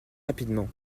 rapidement